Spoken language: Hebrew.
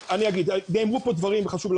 בבקשה.